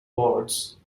wards